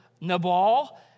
Nabal